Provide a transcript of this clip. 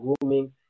grooming